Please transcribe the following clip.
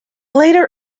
later